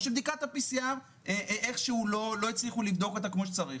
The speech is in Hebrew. או שבדיקת ה-PCR איכשהו לא הצליחו לבדוק אותה כמו שצריך,